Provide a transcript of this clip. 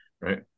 right